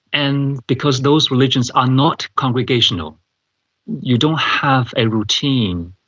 and because those religions are not congregational you don't have a routine,